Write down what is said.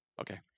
Okay